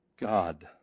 God